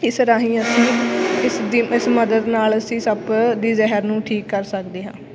ਇਸ ਰਾਹੀਂ ਅਸੀਂ ਇਸ ਦੀ ਇਸ ਮਦਦ ਨਾਲ ਅਸੀਂ ਸੱਪ ਦੀ ਜ਼ਹਿਰ ਨੂੰ ਠੀਕ ਕਰ ਸਕਦੇ ਹਾਂ